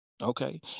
okay